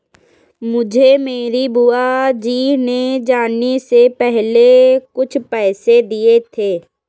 मुझे मेरी बुआ जी ने जाने से पहले कुछ पैसे दिए थे